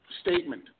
Statement